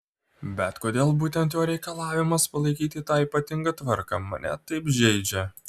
bet kodėl būtent jo reikalavimas palaikyti tą ypatingą tvarką mane taip žeidžia